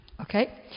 Okay